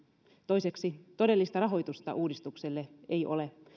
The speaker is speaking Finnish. toiseksi todellista rahoitusta uudistukselle ei ole